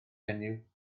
menyw